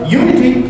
unity